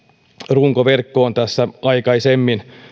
runkoverkkoon aikaisemmin